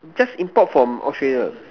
just import from Australia